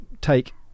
take